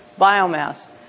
biomass